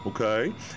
okay